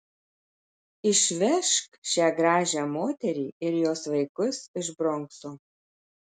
išvežk šią gražią moterį ir jos vaikus iš bronkso